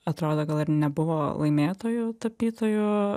atrodo gal ir nebuvo laimėtojų tapytojų